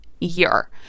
year